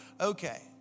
okay